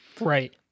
Right